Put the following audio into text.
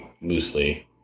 loosely